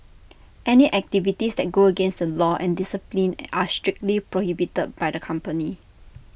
any activities that go against the law and discipline are strictly prohibited by the company